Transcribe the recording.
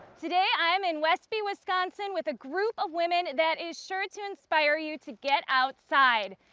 today, i am in westby, wisconsin with a group of women that is sure to inspire you to get outside.